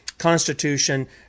Constitution